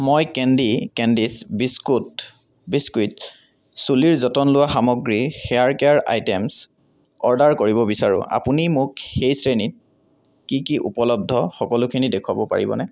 মই candy candies biscuit biscuits চুলিৰ যতন লোৱা সামগ্ৰী হেয়াৰ কেয়াৰ আইটেমছ অৰ্ডাৰ কৰিব বিচাৰোঁ আপুনি মোক সেই শ্ৰেণীত কি কি উপলব্ধ সকলোখিনি দেখুৱাব পাৰিবনে